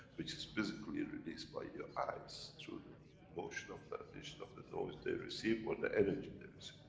which is physically released by your eyes through the emotion of dimension of the noise they receive, or the energy they receive.